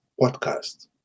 podcast